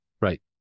Right